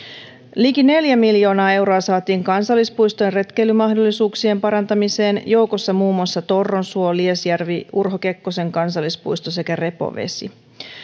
liki neljä miljoonaa euroa saatiin kansallispuistojen retkeilymahdollisuuksien parantamiseen joukossa muun muassa torronsuo liesjärvi urho kekkosen kansallispuisto sekä repovesi